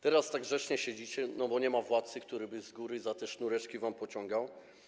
Teraz tak grzecznie siedzicie, bo nie ma władcy, który by z góry za te sznureczki pociągał.